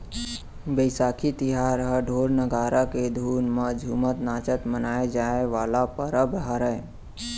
बइसाखी तिहार ह ढोर, नंगारा के धुन म झुमत नाचत मनाए जाए वाला परब हरय